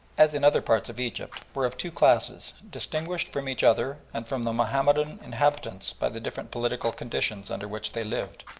as in other parts of egypt, were of two classes, distinguished from each other and from the mahomedan inhabitants by the different political conditions under which they lived.